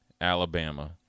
Alabama